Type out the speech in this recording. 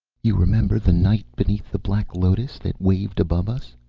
you remember the night beneath the black lotus that waved above us,